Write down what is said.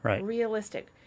realistic